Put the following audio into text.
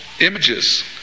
images